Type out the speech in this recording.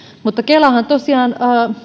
mutta kelahan tosiaan